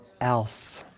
else